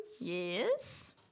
Yes